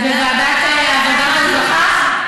זה בוועדת עבודה ורווחה?